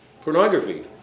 Pornography